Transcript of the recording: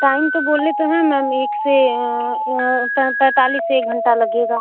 time तो बोले तो हैं मैम एक से पैंतालीस से एक घंटा लगेगा